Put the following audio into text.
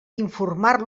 informar